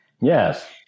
Yes